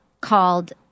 called